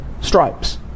stripes